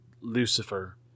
Lucifer